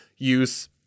Use